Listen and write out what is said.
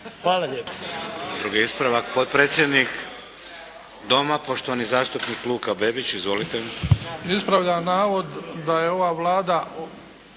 Hvala lijepo.